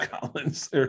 Collins